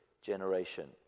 generation